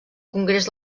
congrés